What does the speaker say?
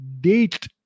date